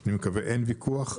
אני מקווה אין ויכוח,